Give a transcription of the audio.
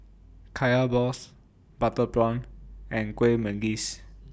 Kaya Balls Butter Prawn and Kueh Manggis